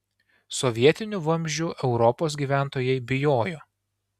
sovietinių vamzdžių europos gyventojai bijojo